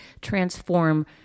transform